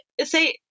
say